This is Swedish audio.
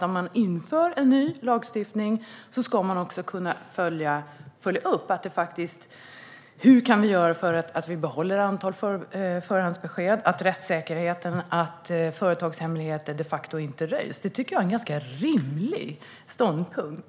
Om man inför en ny lagstiftning ska man också kunna följa upp och fundera över hur vi kan göra för att behålla antalet förhandsbesked så att rättssäkerheten bibehålls och företagshemligheter faktiskt inte röjs. Det tycker jag är en ganska rimlig ståndpunkt.